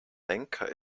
lenker